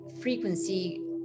frequency